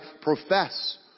profess